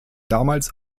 damals